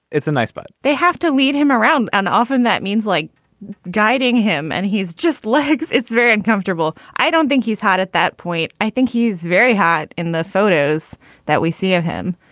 it's a nice. but they have to lead him around. and often that means like guiding him and he's just legs. it's very uncomfortable. i don't think he's had at that point i think he's very hot in the photos that we see of him.